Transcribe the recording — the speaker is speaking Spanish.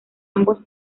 ambos